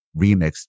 remixed